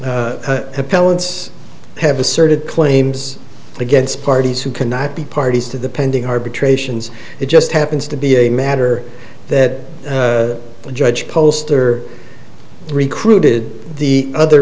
appellants have asserted claims against parties who cannot be parties to the pending arbitrations it just happens to be a matter that the judge poster recruited the other